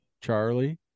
charlie